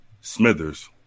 Smithers